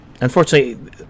unfortunately